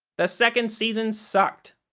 the second season sucked.